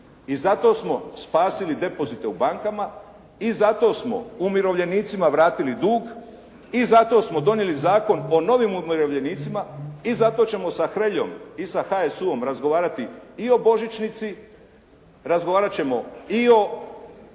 i zato smo spasili depozite u bankama i zato smo umirovljenicima vratili dug i zato smo donijeli zakon o novim umirovljenicima i zato ćemo sa Hreljom i sa HSU-om razgovarati i o božićnici, razgovarati ćemo i o